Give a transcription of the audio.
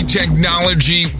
technology